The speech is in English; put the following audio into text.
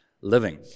living